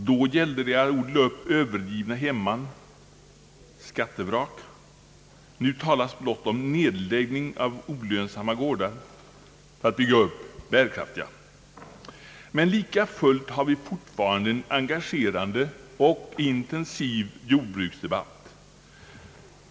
Då gällde det att odla upp övergivna hemman — skattevrak — nu talas blott om nedläggning av olönsamma gårdar och att bygga upp bärkraftiga. Likafullt har vi fortfarande en engagerande och intensiv jordbruksdebatt.